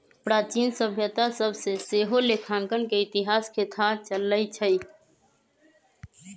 प्राचीन सभ्यता सभ से सेहो लेखांकन के इतिहास के थाह चलइ छइ